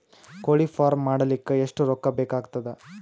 ಕೋಳಿ ಫಾರ್ಮ್ ಮಾಡಲಿಕ್ಕ ಎಷ್ಟು ರೊಕ್ಕಾ ಬೇಕಾಗತದ?